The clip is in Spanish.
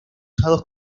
usados